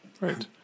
Right